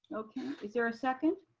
okay. is there a second?